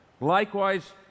Likewise